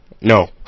No